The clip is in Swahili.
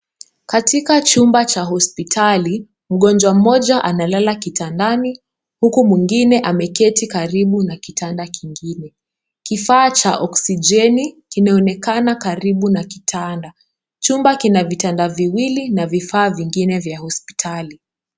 Katika chumba cha hospitali mgonjwa mmoja analala kitandani huku mwengine ameketi karibu na kitanda kingine. Kifaa cha oksijeni kinaonekana karibu na kitanda. Chuma kina vitana viwili na vifaa vingine vya hospitali.